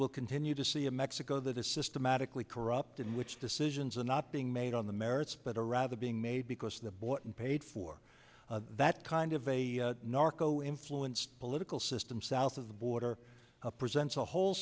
will continue to see a mexico that is systematically corrupt in which decisions are not being made on the merits but are rather being made because the bought and paid for that kind of a narco influenced political system south of the border presents a whole